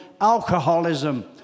alcoholism